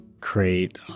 create